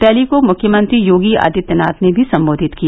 rally को मुख्यमंत्री योगी आदित्यनाथ ने भी संबोधित किया